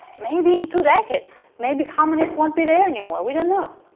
maybe in two decades maybe communist won't be there anymore. we don't know.